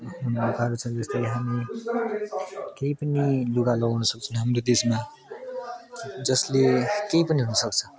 जस्तै हामी केही पनि लुगा लाउनु सक्छौँ हाम्रो देशमा जसले केही पनि हुनुसक्छ